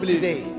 today